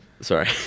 sorry